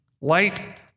Light